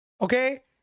Okay